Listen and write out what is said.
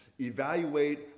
evaluate